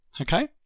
Okay